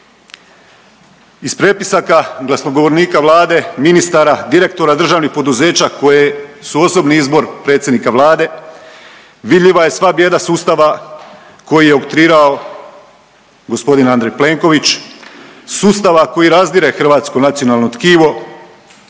Iz prepisaka glasnogovornika Vlade, ministara, direktora državnih poduzeća koje su osobni izbor predsjednika Vlade vidljiva je sva bijeda sustava koji je oktroirao gospodin Andrej Plenković, sustava koji razdire hrvatsko nacionalno tkivo,